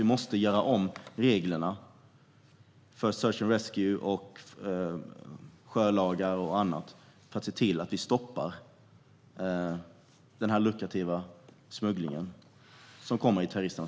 Vi måste göra om reglerna för search and rescue liksom sjölagar och annat för att stoppa denna lukrativa smuggling som gynnar terroristerna.